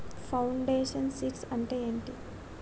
Foundation seeds అంటే ఏంటి?